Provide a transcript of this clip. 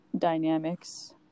Dynamics